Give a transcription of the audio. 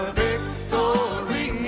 victory